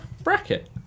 bracket